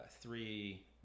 three